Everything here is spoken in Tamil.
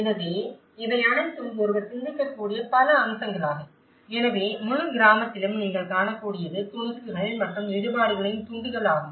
எனவே இவை அனைத்தும் ஒருவர் சிந்திக்கக்கூடிய பல அம்சங்களாகும் எனவே முழு கிராமத்திலும் நீங்கள் காணக்கூடியது துணுக்குகள் மற்றும் இடிபாடுகளின் துண்டுகள் ஆகும்